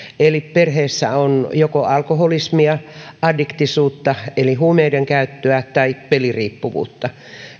eli perheessä on alkoholismia addiktiivisuutta eli huumeidenkäyttöä tai peliriippuvuutta